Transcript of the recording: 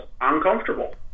uncomfortable